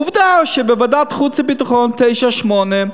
עובדה שבוועדת החוץ והביטחון זה תשעה שמונה.